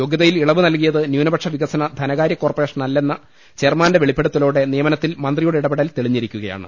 യോഗ്യതയിൽ ഇളവ് നൽകിയത് ന്യൂനപക്ഷ വികസന ധന കാര്യ കോർപ്പറേഷനല്ലെന്ന ചെയർമാന്റെ വെളിപ്പെടുത്തലോടെ നിയമനത്തിൽ മന്ത്രിയുടെ ഇടപെടൽ തെളിഞ്ഞിരിക്കുകയാണ്